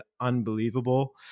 unbelievable